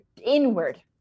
inward